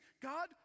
God